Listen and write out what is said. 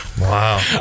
Wow